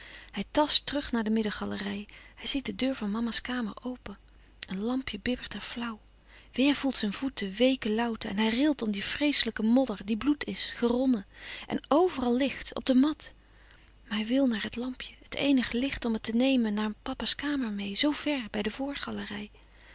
hij tast terug naar de middengalerij hij ziet de deur van mama's kamer open een lampje bibbert er flauw weêr voelt zijn voet de weeke lauwte en hij rilt om die vreeslijke modder die bloed is geronnen en veral ligt op de mat maar hij wil naar het lampje het eenige licht om het te nemen naar papa's kamer meê zoo ver bij de voorgalerij